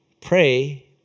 pray